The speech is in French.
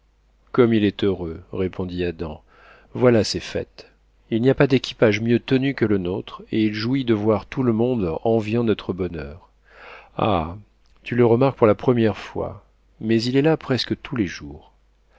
comme il est heureux répondit adam voilà ses fêtes il n'y a pas d'équipage mieux tenu que le nôtre et il jouit de voir tout le monde enviant notre bonheur ah tu le remarques pour la première fois mais il est là presque tous les jours